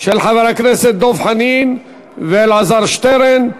של חברי הכנסת דב חנין ואלעזר שטרן.